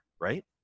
right